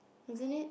isn't it